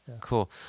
Cool